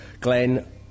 Glenn